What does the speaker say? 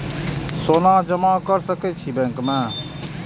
सोना जमा कर सके छी बैंक में?